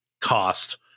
cost